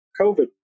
COVID